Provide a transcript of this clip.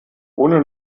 ohne